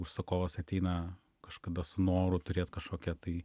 užsakovas ateina kažkada su noru turėt kažkokią tai